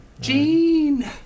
Gene